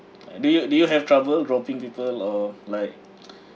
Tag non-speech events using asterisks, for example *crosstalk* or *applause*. do you do you have trouble dropping people or like *noise*